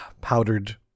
powdered